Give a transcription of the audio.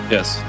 Yes